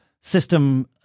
system